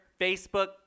facebook